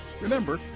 Remember